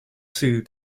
two